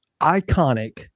iconic